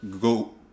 go